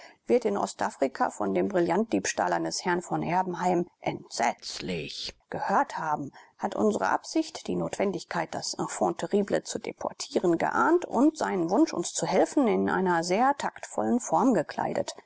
wird in ostafrika von dem brillantdiebstahl eines herrn von erbenheim entsetzlich gehört haben hat unsre absicht die notwendigkeit das enfant terrible zu deportieren geahnt und seinen wunsch uns zu helfen in eine sehr taktvolle form gekleidet